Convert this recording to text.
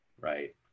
Right